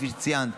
כפי שציינת,